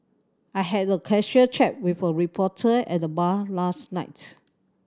I had a casual chat with a reporter at the bar last night